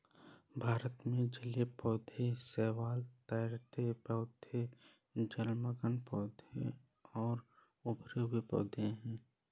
भारत में जलीय पौधे शैवाल, तैरते पौधे, जलमग्न पौधे और उभरे हुए पौधे हैं